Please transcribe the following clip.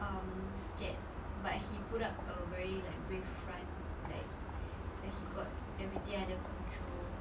um scared but he put up a very like brave front like like he got everything under control